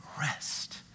rest